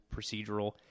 procedural